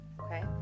Okay